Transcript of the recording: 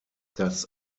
das